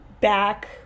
back